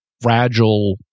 fragile